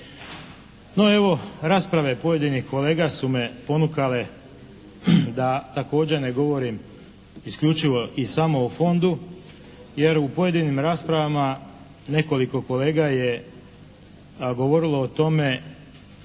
No evo, rasprave pojedinih kolega su me ponukale da također ne govorim isključivo i samo o fondu, jer u pojedinim raspravama nekoliko kolega je govorilo o tome